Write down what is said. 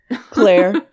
Claire